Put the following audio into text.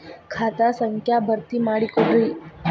ಖಾತಾ ಸಂಖ್ಯಾ ಭರ್ತಿ ಮಾಡಿಕೊಡ್ರಿ